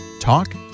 talk